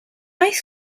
oes